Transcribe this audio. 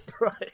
Right